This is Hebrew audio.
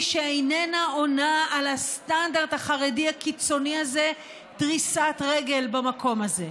שאינה עונה על הסטנדרט החרדי הקיצוני הזה אין דריסת רגל במקום הזה?